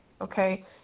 okay